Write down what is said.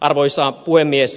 arvoisa puhemies